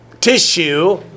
tissue